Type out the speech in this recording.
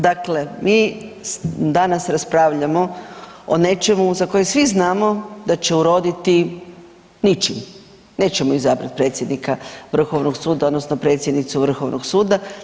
Dakle, mi danas raspravljamo o nečemu za koje svi znamo da će urediti ničim, nećemo izabrati predsjednika Vrhovnog suda, odnosno predsjednicu Vrhovnog suda.